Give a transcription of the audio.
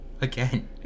Again